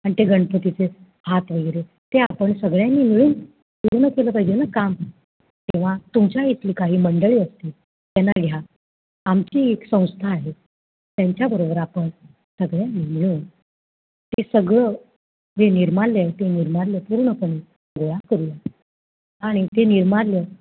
आणि ते गणपतीचे हात वगैरे ते आपण सगळ्यांनी मिळून पूर्ण केलं पाहिजे ना काम तेव्हा तुमच्या इथली काही मंडळी असतील त्यांना घ्या आमची एक संस्था आहे त्यांच्याबरोबर आपण सगळ्यांनी मिळून ते सगळं जे निर्माल्य आहे ते निर्माल्य पूर्णपणे गोळा करूया आणि ते निर्माल्य